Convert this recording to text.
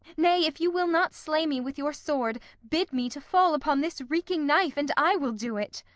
nay, if you will not slay me with your sword, bid me to fall upon this reeking knife, and i will do it.